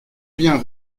bien